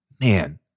man